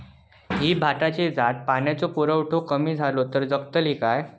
ही भाताची जात पाण्याचो पुरवठो कमी जलो तर जगतली काय?